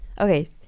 Okay